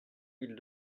mille